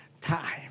time